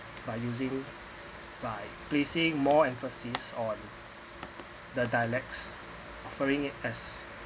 by using by placing more emphasis on the dialects offering it as